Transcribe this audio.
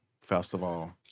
Festival